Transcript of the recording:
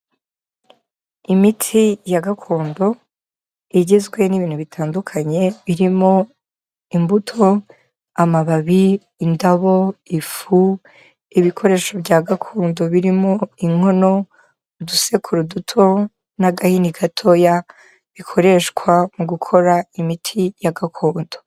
Imiti ya gakondo, igizwe n'ibintu bitandukanye birimo: imbuto, amababi, indabo, ifu, ibikoresho bya gakondo birimo: inkono, udusekuru duto n'agahini gatoya, bikoreshwa mu gukora imiti ya gakondo.